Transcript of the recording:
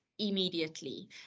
immediately